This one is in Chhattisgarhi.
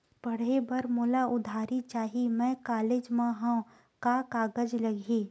पढ़े बर मोला उधारी चाही मैं कॉलेज मा हव, का कागज लगही?